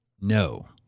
No